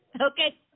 Okay